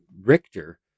Richter